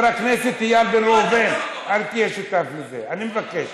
אני לא מפריע.